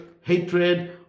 hatred